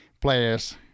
players